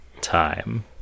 time